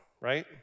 right